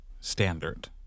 standard